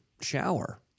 shower